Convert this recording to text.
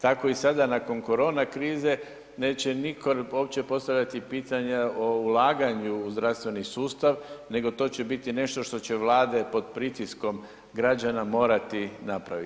Tako i sada nakon korona krize neće nitko uopće postavljati pitanja o ulaganju u zdravstveni sustav nego to će biti nešto što će vlade pod pritiskom građana morati napraviti.